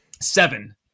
Seven